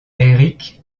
eric